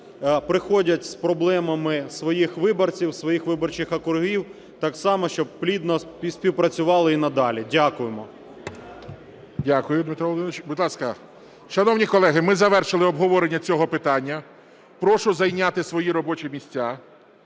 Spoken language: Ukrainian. приходять з проблемами своїх виборців, своїх виборчих округів, так само щоб плідно співпрацювали і надалі. Дякуємо. ГОЛОВУЮЧИЙ. Дякую, Дмитро Володимирович. Будь ласка, шановні колеги, ми завершили обговорення цього питання. Прошу зайняти свої робочі місця.